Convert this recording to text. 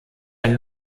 ein